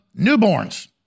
newborns